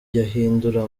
yahindura